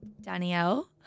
Danielle